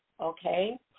okay